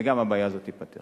וגם הבעיה הזאת תיפתר.